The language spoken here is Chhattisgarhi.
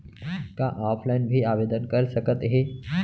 का ऑफलाइन भी आवदेन कर सकत हे?